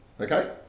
Okay